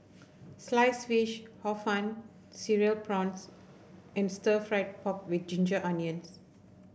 Sliced Fish Hor Fun Cereal Prawns and Stir Fried Pork with Ginger Onions